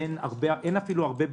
אין הרבה בקשות.